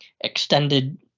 extended